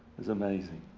it's amazing.